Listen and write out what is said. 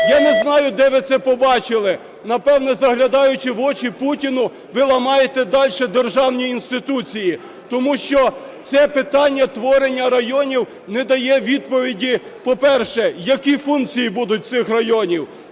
Я не знаю, де ви це побачили, напевно, заглядаючи в очі Путіну. Ви ламаєте дальше державні інституції, тому що це питання творення районів не дає відповіді, по-перше, які функції будуть цих районів;